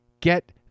Get